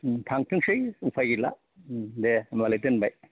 थांथोंसै उफाय गैला दे होनबालाय दोनबाय